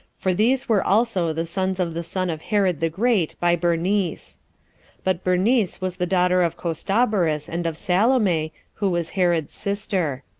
for these were also the sons of the son of herod the great by bernice but bernice was the daughter of costobarus and of salome, who was herod's sister.